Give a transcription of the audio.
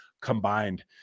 combined